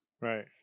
Right